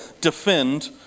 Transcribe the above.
defend